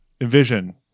Envision